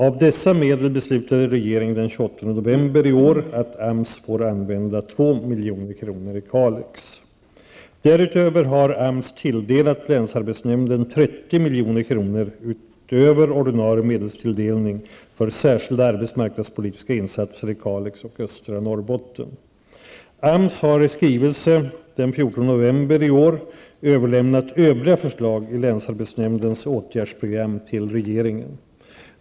Av dessa medel beslutade regeringen den 28 november i år att AMS får använda 2 milj.kr. i Kalix. Därutöver har AMS tilldelat länsarbetsnämnden 30 överlämnat övriga förslag i länsarbetsnämndens åtgärdsprogram till regeringen.